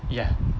ya